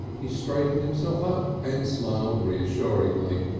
he straightened himself up and smiled reassuringly.